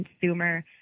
consumer